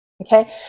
Okay